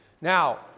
Now